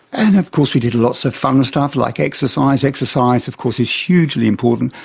and of course we did lots of fun stuff like exercise. exercise of course is hugely important.